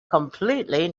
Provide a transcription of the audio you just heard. completely